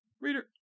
reader